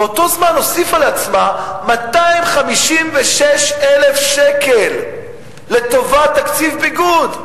באותו זמן הוסיפה לעצמה 256,000 שקל לטובת תקציב ביגוד.